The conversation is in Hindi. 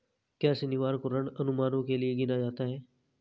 क्या शनिवार को ऋण अनुमानों के लिए गिना जाता है?